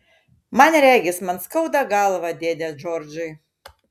man regis man skauda galvą dėde džordžai